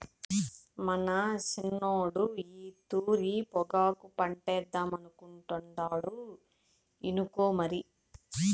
మన సిన్నోడు ఈ తూరి పొగాకు పంటేద్దామనుకుంటాండు ఇనుకో మరి